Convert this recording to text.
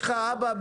הנוער.